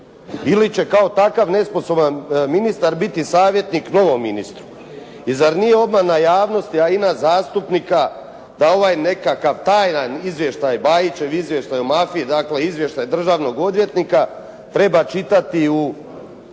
ili će kao takav nesposoban ministar biti savjetnik novom ministru? I zar nije obmana javnosti, a i nas zastupnika da ovaj nekakav tajan izvještaj, Bajićev izvještaj o mafiji, dakle izvještaj državnog odvjetnika treba čitati u